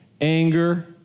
anger